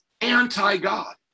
anti-God